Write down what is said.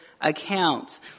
accounts